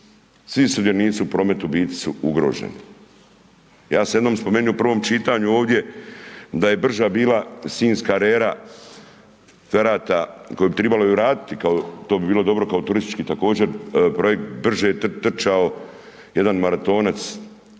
Svi sudionici u prometu u biti su ugroženi. Ja sam jednom spomenuo u prvom čitanju ovdje, da je brže bila sinjska …/Govornik se ne razumije./… koje bi tribalo i vratiti, kao to bi bilo dobro kao turistički također projekt, brže trčao jedan maratonac